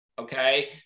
okay